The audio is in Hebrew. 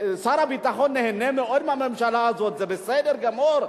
שר הביטחון נהנה מאוד מהממשלה הזאת, זה בסדר גמור.